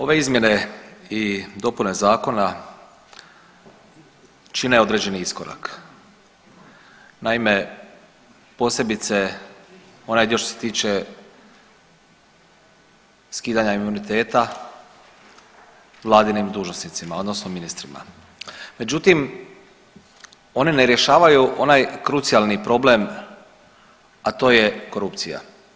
Ove izmjene i dopune zakona čine određeni iskorak, naime posebice onaj dio što se tiče skidanja imuniteta vladinim dužnosnicima odnosno ministrima, međutim oni ne rješavaju onaj krucijalni problem, a to je korupcija.